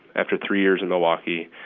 after three years in milwaukee,